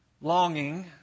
longing